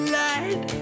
light